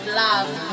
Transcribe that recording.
love